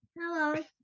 Hello